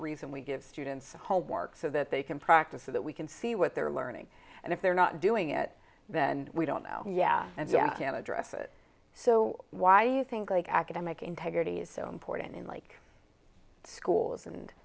reason we give students homework so that they can practice so that we can see what they're learning and if they're not doing it then we don't know yeah and yeah i can address it so why do you think like academic integrity is so important in like schools and